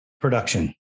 production